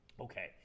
Okay